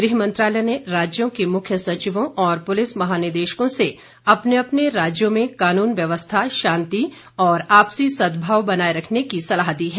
गृह मंत्रालय ने राज्यों के मुख्य सचिवों और पुलिस महानिदेशकों से अपने अपने राज्यों में कानून व्यवस्था शांति और आपसी सद्भाव बनाए रखने की सलाह दी है